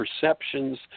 perceptions